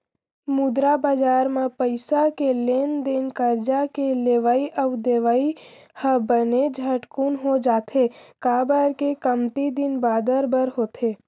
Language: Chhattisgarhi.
मुद्रा बजार म पइसा के लेन देन करजा के लेवई अउ देवई ह बने झटकून हो जाथे, काबर के कमती दिन बादर बर होथे